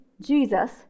Jesus